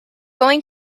going